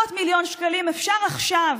ב-900 מיליון שקלים אפשר עכשיו,